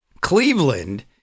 Cleveland